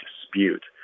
dispute